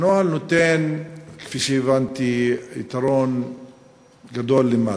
הנוהל נותן, כפי שהבנתי, יתרון גדול למד"א,